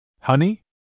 Honey